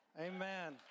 Amen